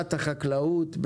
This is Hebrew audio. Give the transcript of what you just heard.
הנהגת החקלאות,